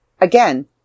again